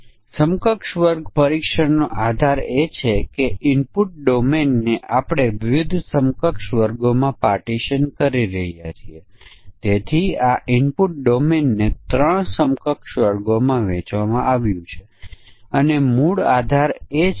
તેથી આપણે નબળા સમકક્ષ વર્ગ પરીક્ષણ મજબૂત સમકક્ષ વર્ગ પરીક્ષણ અથવા મજબૂત અને રોબસ્ટ સમકક્ષ વર્ગ પરીક્ષણ કરી રહ્યા છીએ તેના પર સમકક્ષ વર્ગ પરીક્ષણો આધારીત હશે